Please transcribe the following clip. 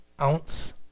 ounce